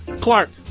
Clark